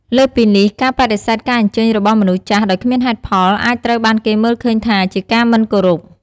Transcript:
លើសពីនេះ ការបដិសេធការអញ្ជើញរបស់មនុស្សចាស់ដោយគ្មានហេតុផល អាចត្រូវបានគេមើលឃើញថាជាការមិនគោរព។